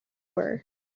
were